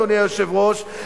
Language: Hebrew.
אדוני היושב-ראש,